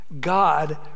God